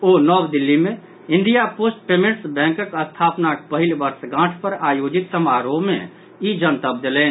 ओ नव दिल्ली मे India post payments बैंकक स्थापनाक पहिल वर्षगांठ पर आयोजित समारोह मे ई जनतब देलनि